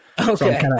Okay